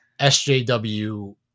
SJW